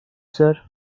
sir